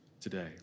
today